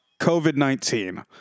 COVID-19